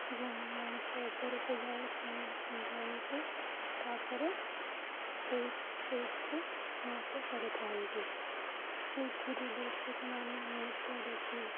ଯେଉଁ ମଞ୍ଚ ଉପରକୁ ଯାଆନ୍ତି ତା'ପରେ ସେଇ ସେଇଠି ନୃତ୍ୟ କରିଥାନ୍ତି ସେଇଥିରୁ ଦର୍ଶକ ମାନେ ନୃତ୍ୟ ଦେଖି